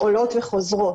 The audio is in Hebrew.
עולות וחוזרות,